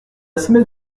semaine